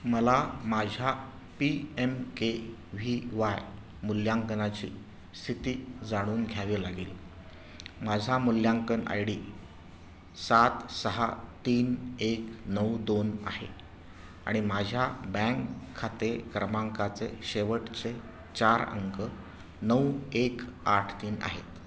मला माझ्या P M K V Y मूल्यांकनाची स्थिती जाणून घ्यावी लागेल माझा मूल्यांकन आय डी सात सहा तीन एक नऊ दोन आहे आणि माझ्या बँक खाते क्रमांकाचे शेवटचे चार अंक नऊ एक आठ तीन आहेत